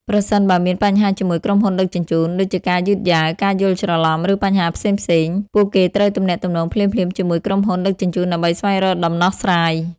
ប្រសិនបើមានបញ្ហាជាមួយក្រុមហ៊ុនដឹកជញ្ជូន ដូចជាការយឺតយ៉ាវ ការយល់ច្រឡំ ឬបញ្ហាផ្សេងៗ ពួកគេត្រូវទំនាក់ទំនងភ្លាមៗជាមួយក្រុមហ៊ុនដឹកជញ្ជូនដើម្បីស្វែងរកដំណោះស្រាយ។